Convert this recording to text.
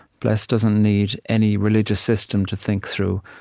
bless doesn't need any religious system to think through.